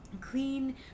clean